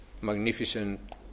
magnificent